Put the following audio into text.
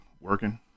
working